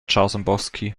jarzembowski